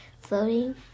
floating